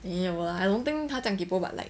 没有啦 I don't think 他将 kaypoh but like